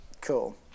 Cool